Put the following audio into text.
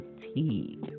fatigue